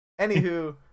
Anywho